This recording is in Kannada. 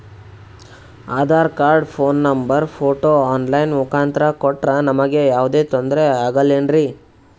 Aadhaar card, phone number, photo online ಮುಖಾಂತ್ರ ಕೊಟ್ರ ನಮಗೆ ಯಾವುದೇ ತೊಂದ್ರೆ ಆಗಲೇನ್ರಿ?